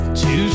Two